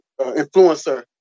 influencer